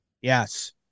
Yes